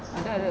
ada ada